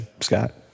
Scott